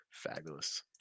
Fabulous